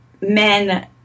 men